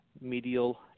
medial